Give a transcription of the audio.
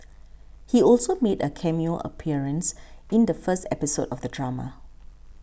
he also made a cameo appearance in the first episode of the drama